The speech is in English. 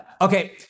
okay